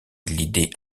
l’idée